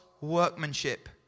workmanship